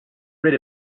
rid